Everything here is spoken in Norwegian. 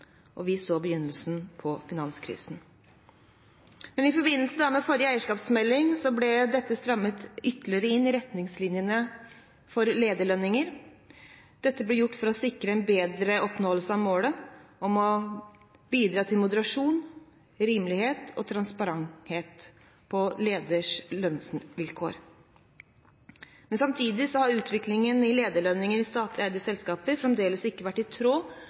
og vi så begynnelsen på finanskrisen. I forbindelse med forrige eierskapsmelding ble dette strammet ytterligere inn i retningslinjene for lederlønninger. Dette ble gjort for å sikre en bedre oppnåelse av målet om å bidra til moderasjon, rimelighet og transparens på ledernes lønnsvilkår. Samtidig har utviklingen i lederlønninger i statlig eide selskaper fremdeles ikke vært i tråd